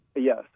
Yes